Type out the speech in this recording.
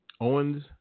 Owens